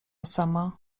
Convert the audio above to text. sama